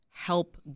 help